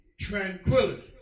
tranquility